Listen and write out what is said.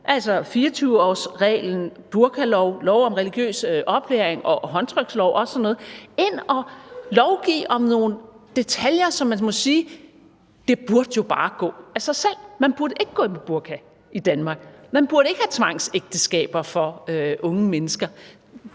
24-årsregel, burkalov, lov om religiøs oplæring, håndtrykslov og sådan noget. Vi går ind og lovgiver detaljeret om noget, som man må sige bare burde gå af sig selv. Man burde ikke gå med burka i Danmark, og man burde ikke have tvangsægteskaber for unge mennesker,